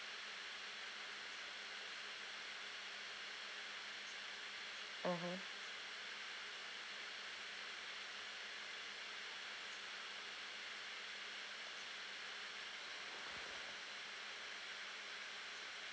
mmhmm